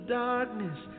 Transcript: darkness